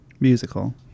Musical